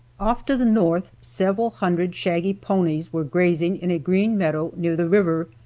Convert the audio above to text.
off to the north several hundred shaggy ponies were grazing in a green meadow near the river,